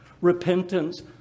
Repentance